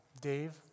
Dave